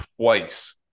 twice